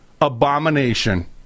abomination